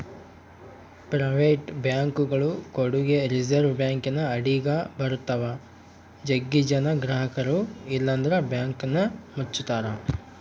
private ಬ್ಯಾಂಕ್ಗಳು ಕೂಡಗೆ reserve ಬ್ಯಾಂಕಿನ ಅಡಿಗ ಬರುತ್ತವ, ಜಗ್ಗಿ ಜನ ಗ್ರಹಕರು ಇಲ್ಲಂದ್ರ ಬ್ಯಾಂಕನ್ನ ಮುಚ್ಚುತ್ತಾರ